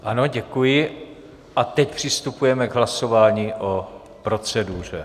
Ano, děkuji, a teď přistupujeme k hlasování o proceduře.